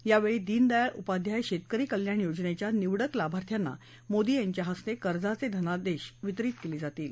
यावेळी दीन दयाळ उपाध्याय शेतकरी कल्याण योजनेच्या निवडक लाभार्थ्यांना मोदी यांच्या हस्ते कर्जाचे धनादेश वितरीत केले जातील